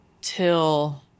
till